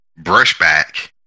brushback